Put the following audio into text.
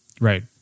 right